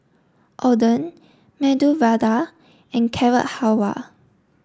Oden Medu Vada and Carrot Halwa